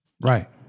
Right